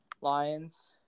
Lions